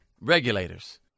regulators